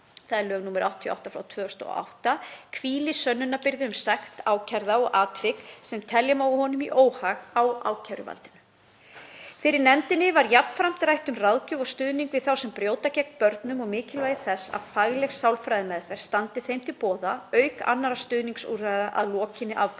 sakamála, nr. 88/2008, hvílir sönnunarbyrði um sekt ákærða og atvik, sem telja má honum í óhag, á ákæruvaldinu. Fyrir nefndinni var jafnframt rætt um ráðgjöf og stuðning við þá sem brjóta gegn börnum og mikilvægi þess að fagleg sálfræðimeðferð standi þeim til boða auk annarra stuðningsúrræða að lokinni afplánun.